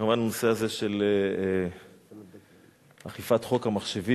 כמובן, הנושא הזה של אכיפת חוק המחשבים